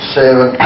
seven